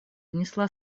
внесла